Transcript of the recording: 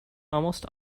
almost